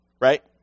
right